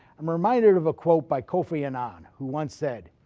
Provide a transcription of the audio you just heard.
i'm reminded of a quote by kofi annan, who once said,